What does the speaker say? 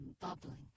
bubbling